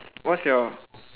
what's your